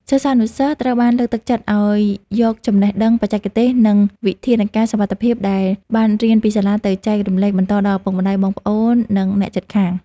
សិស្សានុសិស្សត្រូវបានលើកទឹកចិត្តឱ្យយកចំណេះដឹងបច្ចេកទេស និងវិធានការសុវត្ថិភាពដែលបានរៀនពីសាលា ទៅចែករំលែកបន្តដល់ឪពុកម្ដាយ បងប្អូន និងអ្នកជិតខាង។